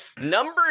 Number